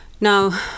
Now